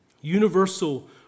Universal